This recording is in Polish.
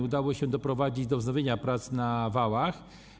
Udało się doprowadzić do wznowienia prac na wałach.